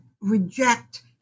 reject